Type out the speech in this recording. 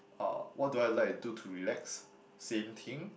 uh what do I like to do to relax same thing